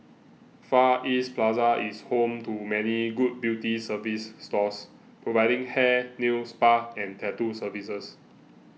Far East Plaza is home to many good beauty service stores providing hair nail spa and tattoo services